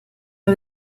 for